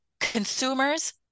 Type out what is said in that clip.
consumers